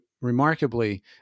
remarkably